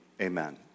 Amen